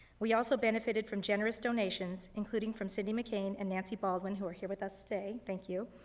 we also benefited from generous donations, including from cindy mccain and nancy baldwin who are here with us today, thank you,